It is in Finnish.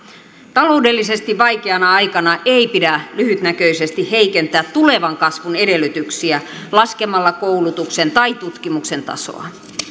taloudellisesti vaikeana aikana ei pidä lyhytnäköisesti heikentää tulevan kasvun edellytyksiä laskemalla koulutuksen tai tutkimuksen tasoa